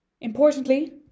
Importantly